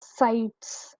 sites